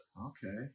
Okay